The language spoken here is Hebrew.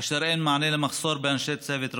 אשר אין בו מענה למחסור באנשי צוות רפואי,